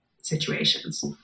situations